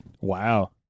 Wow